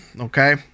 okay